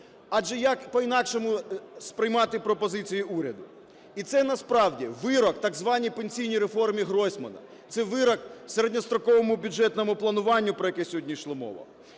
Адже як по-інакшому сприймати пропозицію уряду? І це, насправді, вирок так званій пенсійній реформі Гройсмана. Це вирок середньостроковому бюджетному плануванню, про яке сьогодні йшла мова.